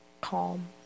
calm